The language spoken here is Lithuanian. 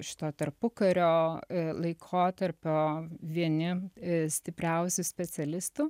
šito tarpukario laikotarpio vieni stipriausių specialistų